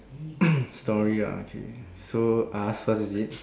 story ah okay so I ask first is it